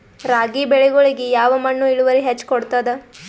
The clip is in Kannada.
ರಾಗಿ ಬೆಳಿಗೊಳಿಗಿ ಯಾವ ಮಣ್ಣು ಇಳುವರಿ ಹೆಚ್ ಕೊಡ್ತದ?